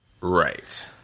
Right